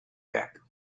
back